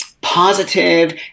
positive